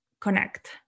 connect